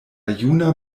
juna